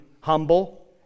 humble